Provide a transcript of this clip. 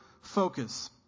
focus